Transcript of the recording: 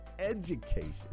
education